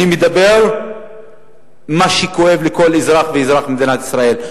שאני מדבר על מה שכואב לכל אזרח ואזרח במדינת ישראל.